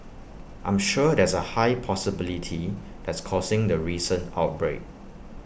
I'm sure there's A high possibility that's causing the recent outbreak